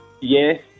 Yes